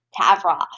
Tavros